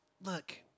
look